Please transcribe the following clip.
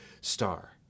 star